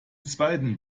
zweiten